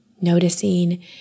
noticing